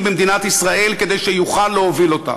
במדינת ישראל כדי שיוכל להוביל אותה.